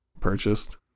purchased